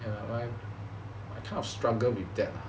ya I kinda struggle with that lah